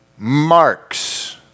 Marks